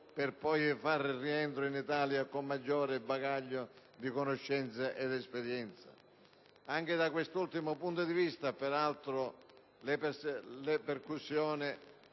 per poi far rientro in Italia con un maggiore bagaglio di conoscenze ed esperienze. Anche da quest'ultimo punto di vista, peraltro, le ripercussioni